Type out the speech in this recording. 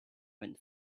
went